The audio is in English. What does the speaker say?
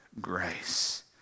grace